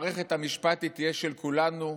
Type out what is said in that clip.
מערכת המשפט תהיה של כולנו,